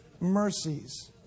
mercies